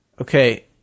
Okay